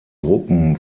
gruppen